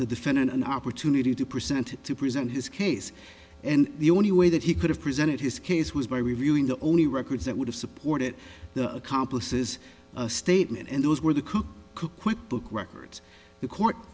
the defendant an opportunity to present to present his case and the only way that he could have presented his case was by reviewing the only records that would have supported the accomplices statement and those where the cook who quit book records the court